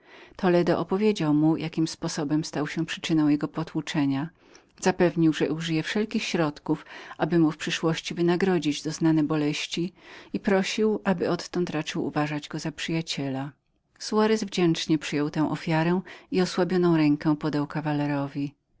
toledo opowiedział mu jakim sposobem stał się przyczyną jego potłuczenia zapewnił że użyje wszelkich środków aby mu w przyszłości wynagrodzić doznane boleści i prosił aby odtąd raczył uważać go za przyjaciela soarez wdzięcznie przyjął tę ofiarę i osłabioną rękę podał kawalerowi